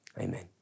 Amen